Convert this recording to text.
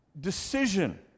decision